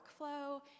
workflow